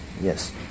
Yes